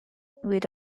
with